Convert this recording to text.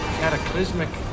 cataclysmic